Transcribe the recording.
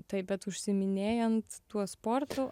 taip bet užsiiminėjant tuo sportu